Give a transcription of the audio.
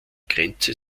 grenze